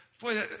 boy